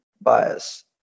bias